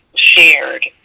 shared